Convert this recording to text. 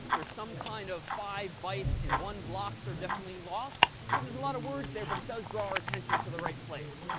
there's some kind of five bytes in one blocks are definitely lost. so there's a lot of words there but it does draw attention to the right place.